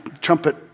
trumpet